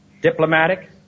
diplomatic